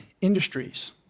industries